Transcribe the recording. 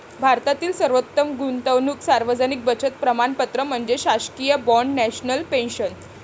भारतातील सर्वोत्तम गुंतवणूक सार्वजनिक बचत प्रमाणपत्र म्हणजे शासकीय बाँड नॅशनल पेन्शन